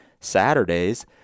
Saturdays